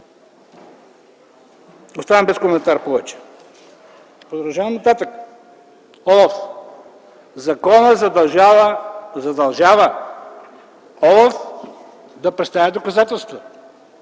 оставам без коментар повече! Продължавам по-нататък с ОЛАФ. Законът задължава ОЛАФ да представя доказателства!